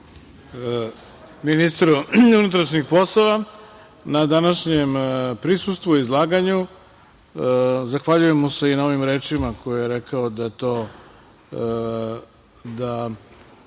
ministru unutrašnjih poslova, na današnjem prisustvu i izlaganju. Zahvaljujem mu se i na ovim rečima koje je rekao da je